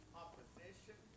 opposition